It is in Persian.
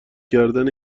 کردن